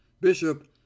Bishop